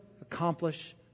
accomplish